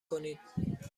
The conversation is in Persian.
کنید